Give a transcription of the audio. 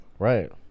Right